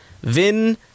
Vin